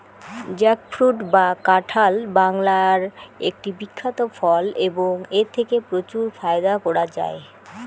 jackfruit বা কাঁঠাল বাংলার একটি বিখ্যাত ফল এবং এথেকে প্রচুর ফায়দা করা য়ায়